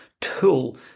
tool